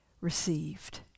received